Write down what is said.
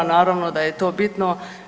Naravno da je to bitno.